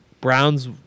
Browns